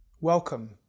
Welcome